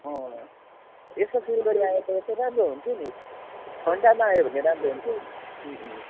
यसो सिलगडी आए त यसो राम्रो हुन्थ्यो नि ठण्डामा आयो भने राम्रो हुन्थ्यो